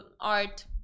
art